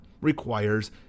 requires